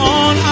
on